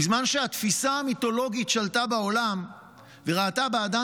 בזמן שהתפיסה המיתולוגית שלטה בעולם וראתה באדם